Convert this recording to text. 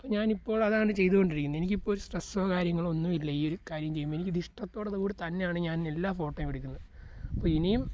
അപ്പം ഞാൻ ഇപ്പോൾ അതാണ് ചെയ്തു കൊണ്ടിരിക്കുന്നത് എനിക്കിപ്പോൾ ഒരു സ്ട്രെസ്സോ കാര്യങ്ങളോ ഒന്നും ഇല്ല ഈ ഒരു കാര്യം ചെയ്യുമ്പോൾ എനിക്കിതിഷ്ടത്തോടു കൂടി തന്നെയാണ് ഞാൻ എല്ലാ ഫോട്ടോയും എടുക്കുന്നത് അപ്പോൾ ഇനിയും